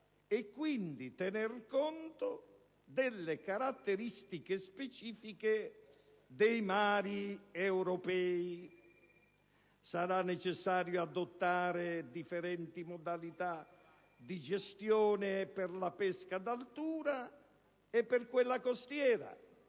e quindi tener conto delle caratteristiche specifiche dei mari europei. Sarà necessario adottare differenti modalità di gestione per la pesca d'altura e per quella costiera,